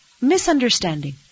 misunderstanding